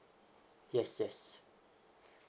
yes yes